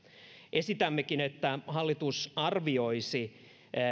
esitämmekin että hallitus arvioisi